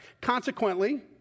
Consequently